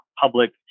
public